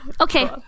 Okay